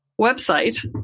website